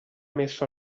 messo